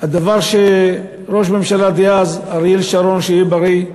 ראש הממשלה דאז, אריאל שרון, שיהיה בריא,